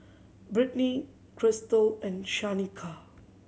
Britni Krystle and Shanika